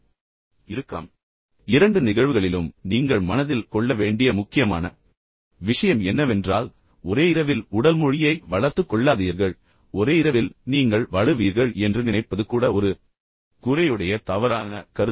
இப்போது இரண்டு நிகழ்வுகளிலும் நீங்கள் மனதில் கொள்ள வேண்டிய மிக முக்கியமான விஷயம் என்னவென்றால் ஒரே இரவில் உடல் மொழியை வளர்த்துக் கொள்ளாதீர்கள் ஒரே இரவில் நீங்கள் வளருவீர்கள் என்று நினைப்பது கூட ஒரு குறையுடைய தவறான கருத்து